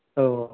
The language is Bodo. औ